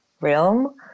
realm